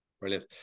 Brilliant